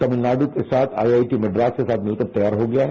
तमिलनाडु के साथ आईआईटी मद्रास के साथ मिलकर तैयार हो गया है